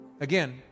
Again